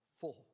four